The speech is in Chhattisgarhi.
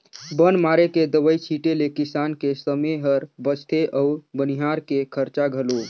बन मारे के दवई छीटें ले किसान के समे हर बचथे अउ बनिहार के खरचा घलो